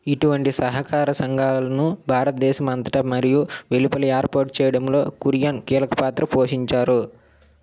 ఇటువంటి సహకార సంఘాలను భారతదేశం అంతటా మరియు వెలుపల ఏర్పాటు చేయడంలో కురియన్ కీలక పాత్ర పోషించారు